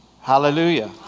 Hallelujah